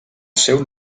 seu